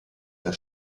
der